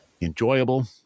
enjoyable